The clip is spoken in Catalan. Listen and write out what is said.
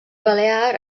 balear